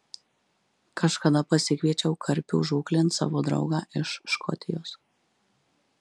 kažkada pasikviečiau karpių žūklėn savo draugą iš škotijos